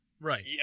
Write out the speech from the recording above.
Right